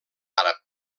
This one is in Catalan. àrab